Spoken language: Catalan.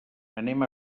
anem